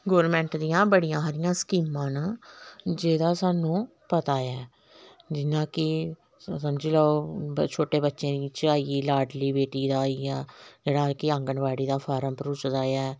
government दियां बड़ियां सारियां स्किमां न जेह्दा सानूं पता ऐ जि'यां कि समझी लेऔ छोटे बच्चें दी आई गेई लाडली बेटी दा आई गेआ जेह्ड़ा कि आंगनबाडी दा फार्म परोचदा ऐ